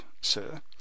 sir